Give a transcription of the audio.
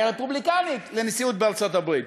אולי הרפובליקנית, לנשיאות בארצות-הברית.